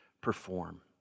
perform